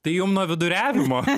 tai jum nuo viduriavimo